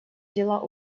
дела